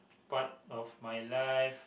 part of my life